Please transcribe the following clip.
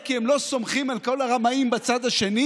כי הם לא סומכים על כל הרמאים בצד השני.